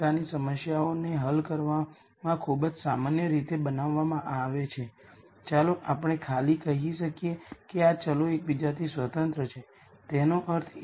આપણે જોયું કે નલ સ્પેસ વેક્ટર A β ફોર્મના 0 છે આપણા પ્રારંભિક પ્રવચનોમાંથી